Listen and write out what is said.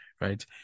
right